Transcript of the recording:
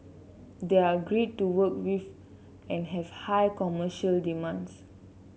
they are great to work with and have high commercial demands